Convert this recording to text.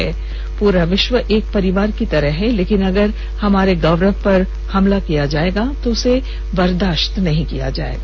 उन्होंने कहा कि पूरा विश्व एक परिवार की तरह है लेकिन अगर हमारे गौरव पर हमला किया जाएगा तो उसे बर्दाश्त नहीं किया जाएगा